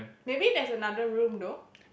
maybe there's another room though